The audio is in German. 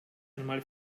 einmal